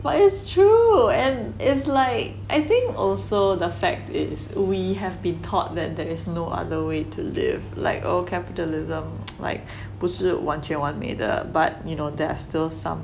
but is true and it's like I think also the fact is we have been thought that there is no other way to live like oh capitalism like 不是完全完美的 but you know there's still some